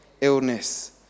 Illness